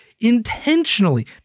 intentionally